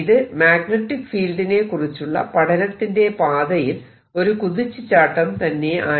ഇത് മാഗ്നെറ്റിക് ഫീൽഡിനെക്കുറിച്ചുള്ള പഠനത്തിന്റെ പാതയിൽ ഒരു കുതിച്ചുചാട്ടം തന്നെയായിരുന്നു